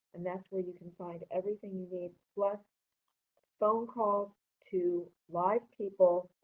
and that's where you can find everything you need, plus phone calls to live people